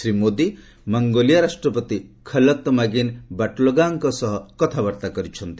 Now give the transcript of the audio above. ଶ୍ରୀ ମୋଦି ମଧ୍ୟ ମଙ୍ଗୋଲିଆ ରାଷ୍ଟ୍ରପତି ଖଲତମାଗିନ୍ ବାଟୁଲ୍ଗାଙ୍କ ସହ କଥାବାର୍ତ୍ତା କରିଛନ୍ତି